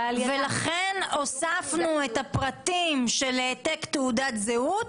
--- ולכן הוספנו את הפרטים של העתק תעודת זהות,